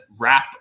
wrap